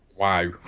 Wow